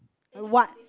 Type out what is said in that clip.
what